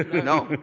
no.